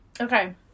Okay